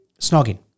snogging